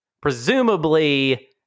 presumably